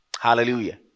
Hallelujah